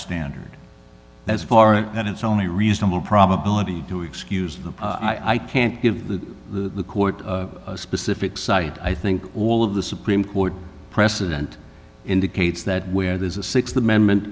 standard as far as that it's only reasonable probability to excuse that i can't give the court a specific site i think all of the supreme court precedent indicates that where there's a sixth amendment